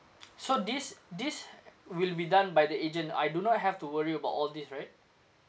so these these will be done by the agent I do not have to worry about all these right